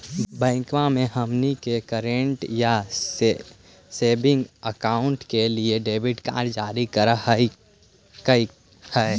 बैंकवा मे हमनी के करेंट या सेविंग अकाउंट के लिए डेबिट कार्ड जारी कर हकै है?